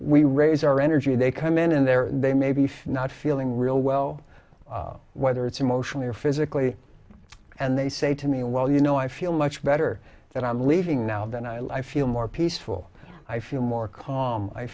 we raise our energy they come in and they're they may be not feeling real well whether it's emotionally or physically and they say to me well you know i feel much better that i'm leaving now than i live feel more peaceful i feel more calm i